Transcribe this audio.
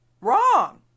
Wrong